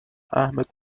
ahmed